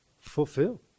Fulfill